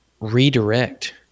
redirect